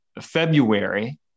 february